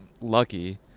lucky